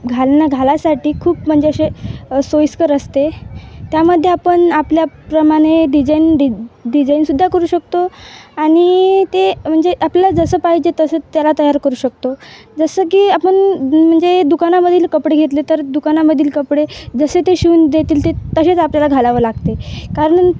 घालणं घालायसाठी खूप म्हणजे असे सोयीस्कर असते त्यामध्ये आपण आपल्याप्रमाणे डिजाईन डि डिजाईनसुद्धा करू शकतो आणि ते म्हणजे आपल्याला जसं पाहिजे तसं त्याला तयार करू शकतो जसं की आपण म्हणजे दुकानामधील कपडे घेतले तर दुकानामधील कपडे जसे ते शिवून देतील ते तसेच आपल्याला घालावं लागते कारण